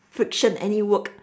fiction any work